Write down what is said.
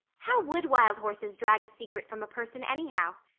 how would wild horses drag a secret from a person anyhow?